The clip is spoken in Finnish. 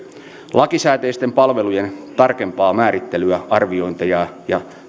lakisääteisten palvelujen tarkempaa määrittelyä arviointeja ja